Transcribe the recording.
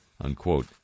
Unquote